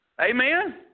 Amen